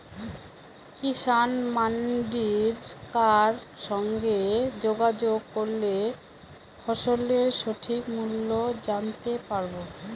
কিষান মান্ডির কার সঙ্গে যোগাযোগ করলে ফসলের সঠিক মূল্য জানতে পারবো?